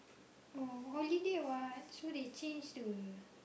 oh holiday [what] so they change the